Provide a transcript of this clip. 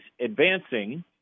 advancing